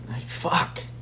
Fuck